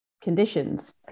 conditions